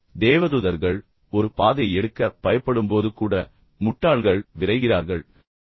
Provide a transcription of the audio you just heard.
தேவதூதர்கள் ஒரு பாதையை எடுக்க பயப்படும்போது கூட முட்டாள்கள் விரைகிறார்கள் அவர்கள் ஓடுகிறார்கள்